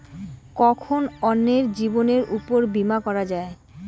কখন অন্যের জীবনের উপর বীমা করা যায়?